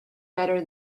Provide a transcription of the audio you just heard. better